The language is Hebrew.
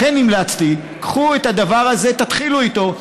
לכן המלצתי: קחו את הדבר הזה, תתחילו איתו.